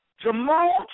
Jamal